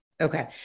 Okay